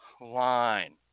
line